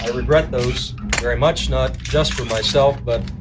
regret those very much, not just for myself but